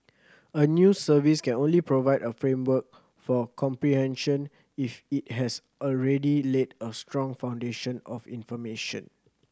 a news service can only provide a framework for comprehension if it has already laid a strong foundation of information